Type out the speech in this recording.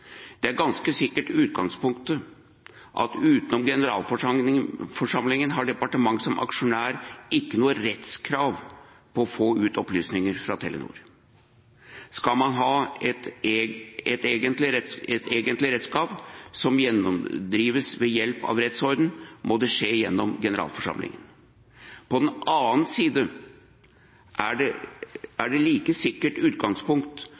det et ganske sikkert utgangspunkt at utenom generalforsamlingen har departementet som aksjonær ikke noe rettskrav på å få ut opplysninger fra Telenor. Skal man ha et egentlig rettskrav som kan gjennomtvinges ved hjelp av rettsordenen, må det skje gjennom generalforsamlingen. På den andre siden er det et like sikkert utgangspunkt